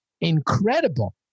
incredible